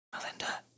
Melinda